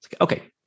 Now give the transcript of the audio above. Okay